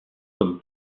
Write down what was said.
comme